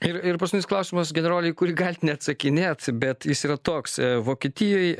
ir ir paskutinis klausimas generole į kurį galit neatsakinė bet jis yra toks vokietijoj